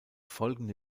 folgende